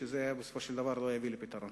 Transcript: שזה בסופו של דבר לא יביא לפתרון.